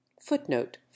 Footnote